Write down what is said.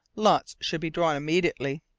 lots should be drawn immediately.